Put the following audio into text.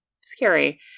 scary